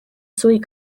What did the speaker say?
sweet